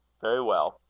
very well.